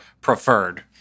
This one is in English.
preferred